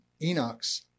Enoch's